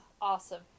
awesome